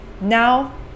now